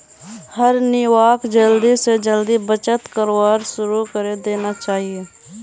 हर नवयुवाक जल्दी स जल्दी बचत करवार शुरू करे देना चाहिए